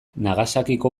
nagasakiko